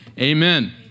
Amen